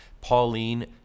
Pauline